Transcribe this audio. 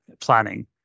planning